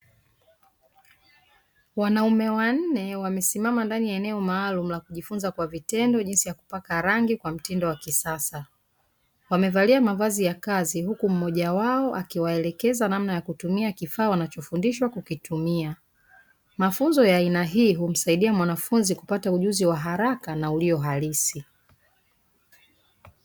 Wanaume wanne wamesimama ndani ya eneo maalumu la kujifunza kwa vitendo jinsi ya kupaka rangi kwa mtindo wa kisasa, wamevalia mavazi ya kazi, huku mmoja wao akiwaelekeza namna ya kutumia kifaa wanachofundishwa kukitumia; mafunzo ya aina hii humsaidia mwanafunzi kupata ujuzi wa haraka na ulio halisi.